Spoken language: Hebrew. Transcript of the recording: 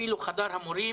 אפילו חדר המורים